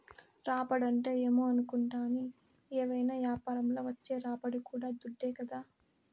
రాబడంటే ఏమో అనుకుంటాని, ఏవైనా యాపారంల వచ్చే రాబడి కూడా దుడ్డే కదా